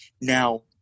Now